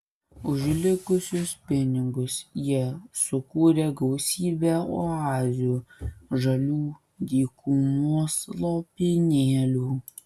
už likusius pinigus jie sukūrė gausybę oazių žalių dykumos lopinėlių